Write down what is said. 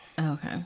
Okay